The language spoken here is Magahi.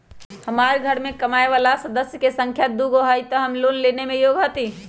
हमार घर मैं कमाए वाला सदस्य की संख्या दुगो हाई त हम लोन लेने में योग्य हती?